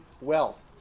wealth